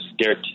scared